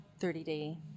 30-day